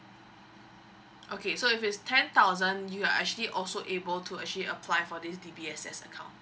okay so if it's ten thousand you are actually also able to actually apply for this D_B_S_S account